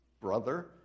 brother